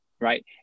right